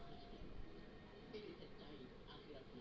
NPS post office में खोलल जा सकला